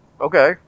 Okay